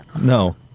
No